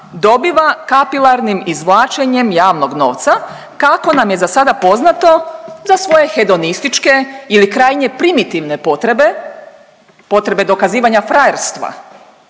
dobiva kapilarnim izvlačenjem javnog novca, kako nam je za sada poznato, za svoje hedonističke ili krajnje primitivne potrebe, potreba dokazivanja frajerstva